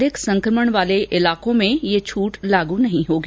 अधिक संक्रमण वाले इलाकों में यह छूट लागू नहीं होगी